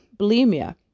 bulimia